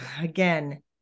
again